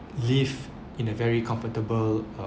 live in a very comfortable uh